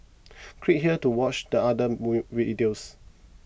click here to watch the other move videos